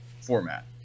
format